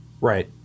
Right